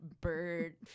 bird